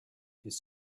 his